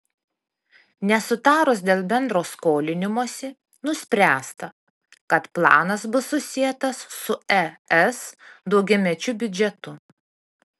nesutarus dėl bendro skolinimosi nuspręsta kad planas bus susietas su es daugiamečiu biudžetu